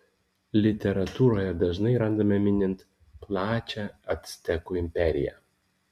literatūroje dažnai randame minint plačią actekų imperiją